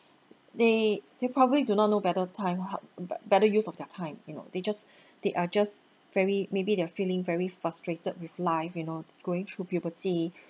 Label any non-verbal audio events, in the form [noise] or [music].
they they probably do not know better time how better use of their time you know they just [breath] they are just very maybe they are feeling very frustrated with life you know going through puberty